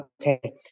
Okay